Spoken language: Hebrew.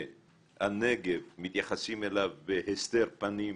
והנגב, מתייחסים אליו בהסתר פנים,